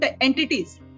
entities